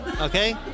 okay